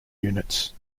units